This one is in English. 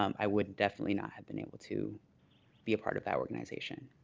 um i would definitely not have been able to be a part of that organization